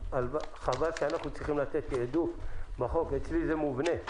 חבל שאנחנו צריכים לתת תעדוף בחוק, אצלי זה מובנה.